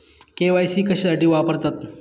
KYC कशासाठी वापरतात?